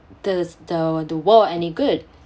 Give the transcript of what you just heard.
this the the world any good